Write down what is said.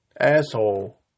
Asshole